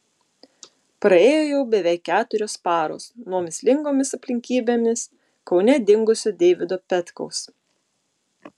praėjo jau beveik keturios paros nuo mįslingomis aplinkybėmis kaune dingusio deivido petkaus